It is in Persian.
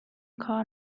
کار